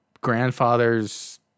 grandfather's